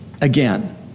again